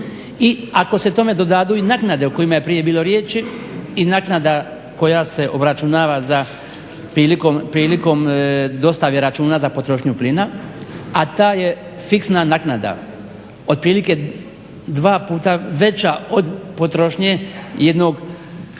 I ako se tome dodaju i naknade o kojima je prije bilo riječi i naknada koja se obračunava prilikom dostave računa za potrošnju plina, a ta je fiksna naknada otprilike dva puta veća od potrošnje jednog